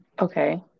Okay